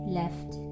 left